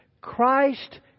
Christ